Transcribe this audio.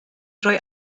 rhoi